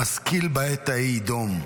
המשכיל בעת ההיא יידום.